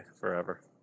forever